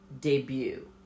Debut